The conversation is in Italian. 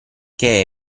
che